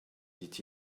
dit